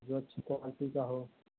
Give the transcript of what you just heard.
जो अच्छी क्वालिटी का हो